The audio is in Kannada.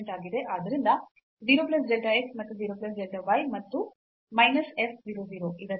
ಆದ್ದರಿಂದ 0 ಪ್ಲಸ್ delta x ಮತ್ತು 0 ಪ್ಲಸ್ delta y ಮತ್ತು ಮೈನಸ್ f 0 0